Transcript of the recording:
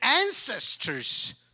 ancestors